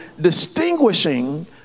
distinguishing